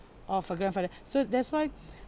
of a grandfather so that's why